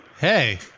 Hey